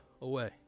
away